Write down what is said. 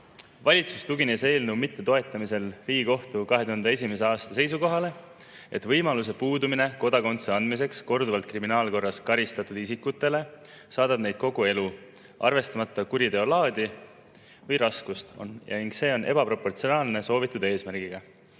Valitsus tugines eelnõu mittetoetamisel Riigikohtu 2001. aasta seisukohale, et võimaluse puudumine kodakondsuse andmiseks korduvalt kriminaalkorras karistatud isikutele saadab neid kogu elu, arvestamata kuriteo laadi või raskust, ja see on ebaproportsionaalne [võrreldes] soovitud eesmärgiga